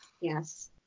Yes